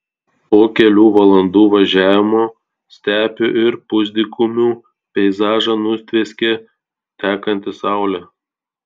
po kelių valandų važiavimo stepių ir pusdykumių peizažą nutvieskė tekanti saulė